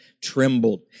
trembled